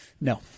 No